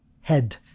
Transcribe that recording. head